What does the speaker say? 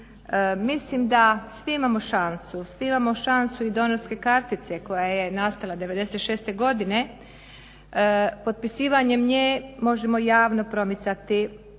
Mislim da svi imamo šansu i donorske kartice koja je nastala 96. godine, potpisivanjem nje možemo javno promicati